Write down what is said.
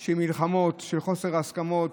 של מלחמות, של חוסר הסכמות.